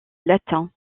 latin